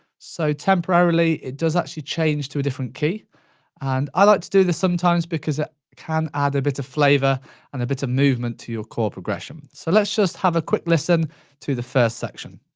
so temporarily it does actually change to a different key and ah do this sometimes because it can add a bit of flavour and a bit of movement to your chord progression. so let's just have a quick listen to the first section.